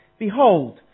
Behold